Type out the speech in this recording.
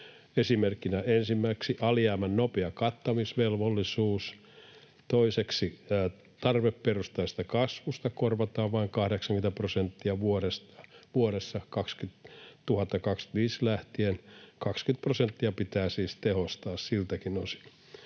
esimerkkinä ensimmäiseksi alijäämän nopea kattamisvelvollisuus, toiseksi tarveperustaisesta kasvusta korvataan vain 80 prosenttia vuodesta 2025 lähtien, eli 20 prosenttia pitää siis tehostaa siltäkin osin,